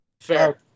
Fair